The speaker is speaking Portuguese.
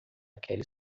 aquela